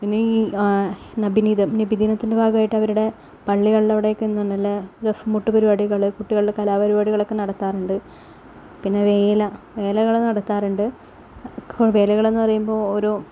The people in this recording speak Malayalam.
പിന്നേ ഈ നബി ദിനം നബിദിനത്തിൻ്റെ ഭാഗമായിട്ടവരുടെ പള്ളികളിലവിടെയൊക്കെ ഇന്നലെ ദഫ്മുട്ട് പരിപാടികൾ കുട്ടികളുടെ കലാപരിപാടികളൊക്കെ നടത്താറുണ്ട് പിന്നെ വേല വേലകൾ നടത്താറുണ്ട് വേലകളെന്നു പറയുമ്പോൾ ഓരോ